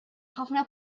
ħafna